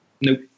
Nope